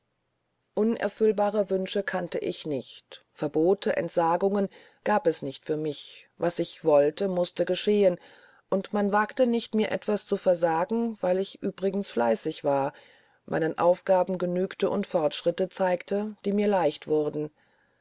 wünsche kannte ich nicht verbote entsagungen gab es nicht für mich was ich wollte mußte geschehen und man wagte nicht mir etwas zu versagen weil ich übrigens fleißig war meinen aufgaben genügte und fortschritte zeigte die mir leicht wurden